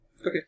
Okay